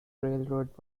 railroad